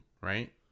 right